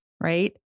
Right